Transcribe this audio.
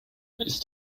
ist